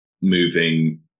moving